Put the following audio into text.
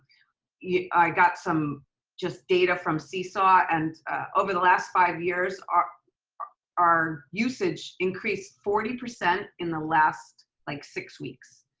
yeah i got some just data from seesaw and over the last five years, our our usage increased forty percent in the last like six weeks,